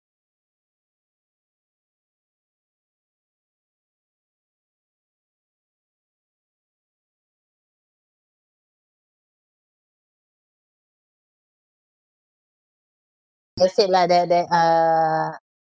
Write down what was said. must have like that that uh